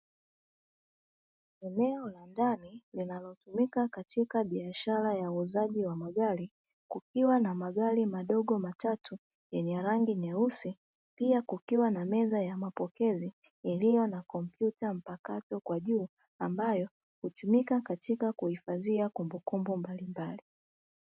Eneo la ndani linaotumika katika biashara ya uuzaji wa magari, kukiwa na magari madogo matatu yenye rangi nyeusi, pia kukiwa na meza ya mapokezi iliyo na kompyuta mpakato kwa juu ambayo hutumika katika kuhifadhia kumbukumbu mbalimbali.